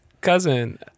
cousin